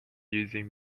using